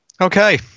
Okay